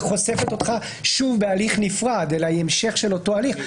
חושפת אותך שוב בהליך נפרד אלא היא המשך של אותו הליך.